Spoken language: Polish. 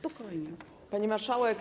Pani Marszałek!